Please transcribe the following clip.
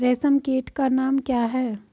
रेशम कीट का नाम क्या है?